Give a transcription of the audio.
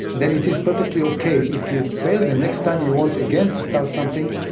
then it is perfectly okay if you fail. the next time you want again to start something,